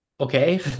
okay